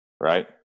right